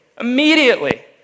immediately